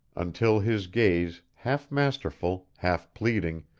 until his gaze, half masterful, half pleading,